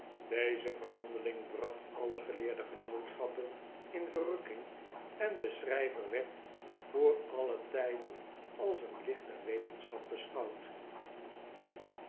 deze verhandelirig bracht alle geleerde genootschappen in verrukking en deschrijver werd voor alle tijden als een licht der wetenschap besehouwd